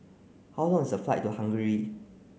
how long is the flight to Hungary